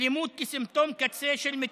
אלימות כסימפטום קצה של מצוקה,